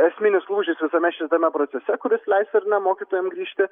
esminis lūžis visame šitame procese kuris leis ar ne mokytojam grįžti